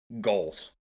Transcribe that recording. goals